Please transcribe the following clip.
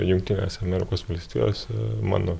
jungtinėse amerikos valstijose mano